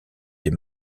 des